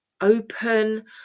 open